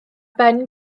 ben